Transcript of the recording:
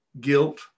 guilt